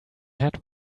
had